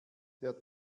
der